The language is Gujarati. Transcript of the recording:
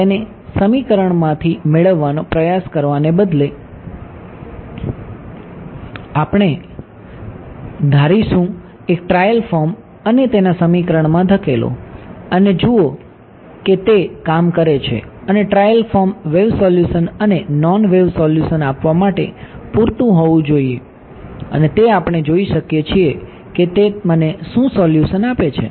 તેને સમીકરણોમાંથી મેળવવાનો પ્રયાસ કરવાને બદલે આપણે ધારીશું એક ટ્રાયલ ફોર્મ અને તેને સમીકરણમાં ધકેલો અને જુઓ કે તે કામ કરે છે અને આ ટ્રાયલ ફોર્મ વેવ સોલ્યુશન અને નોન વેવ સોલ્યુશન આપવા માટે પૂરતું હોવું જોઈએ અને તે આપણે જોઈ શકીએ છીએ કે તે મને શું સોલ્યુશન આપે છે